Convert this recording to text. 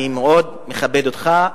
אני מאוד מכבד אותך,